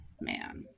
man